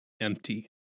empty